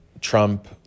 Trump